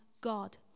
God